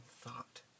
thought